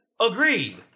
Agreed